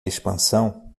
expansão